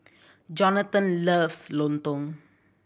Jonatan loves lontong